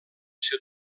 ser